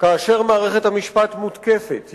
אצלנו מותקפת יום-יום,